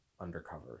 undercover